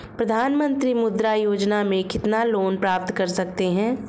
प्रधानमंत्री मुद्रा योजना में कितना लोंन प्राप्त कर सकते हैं?